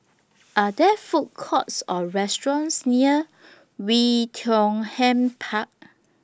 Are There Food Courts Or restaurants near Oei Tiong Ham Park